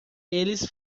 eles